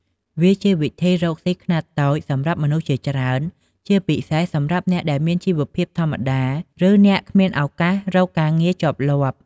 វាជាវិធីរកស៊ីខ្នាតតូចសម្រាប់មនុស្សជាច្រើន ជាពិសេសសម្រាប់អ្នកមានជីវភាពធម្មតា ឬអ្នកគ្មានឱកាសរកការងារជាប់លាប់។